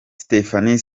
stephanie